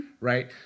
right